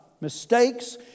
mistakes